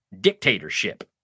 dictatorship